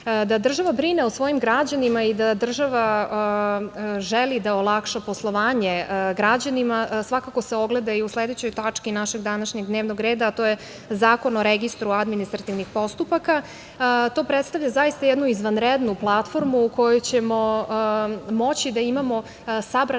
država brine o svojim građanima i da država želi da olakša poslovanje građanima, svakako se ogleda i u sledećoj tački našeg današnjeg dnevnog reda, a to je Zakon o registru administrativnih postupaka. To predstavlja zaista jednu izvanrednu platformu u kojoj ćemo moći da imamo sabrane